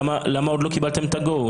למה עוד לא קיבלתם את ה-GO?